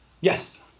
Yes